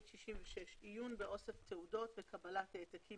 עיון באוסף תעודות וקבלת העתקים